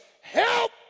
help